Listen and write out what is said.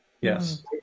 Yes